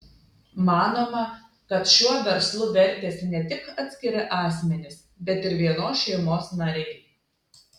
manoma kad šiuo verslu vertėsi ne tik atskiri asmenys bet ir vienos šeimos nariai